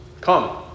Come